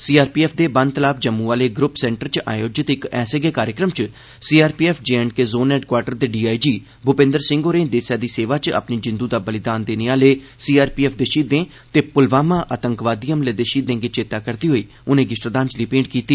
CRPF दे बनतलाब जम्मू आहले group centre च आयोजित इक ऐसे गै कार्यक्रम च सीआरपीएफ जेएंडके जोन हैडक्वार्टर दे डीआईजी भूपेन्द्र सिंह होरें देसै दी सेवा च अपनी जिंदु दा बलिदान देने आहले सीआरपीएफ दे शहीदें ते पुलवामा आतंकवादी हमले दे शहीदें गी चेता करदे होई उनें' गी श्रद्धांजलि भेंट कीती